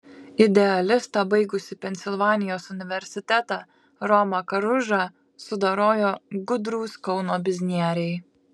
idealistą baigusį pensilvanijos universitetą romą karužą sudorojo gudrūs kauno biznieriai